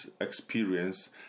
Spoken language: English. experience